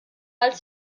als